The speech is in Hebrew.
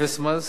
אפס מס,